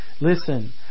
listen